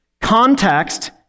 Context